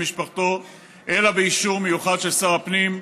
משפחתו אלא באישור מיוחד של שר הפנים,